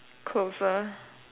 closer